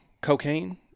cocaine